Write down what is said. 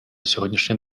сьогоднішній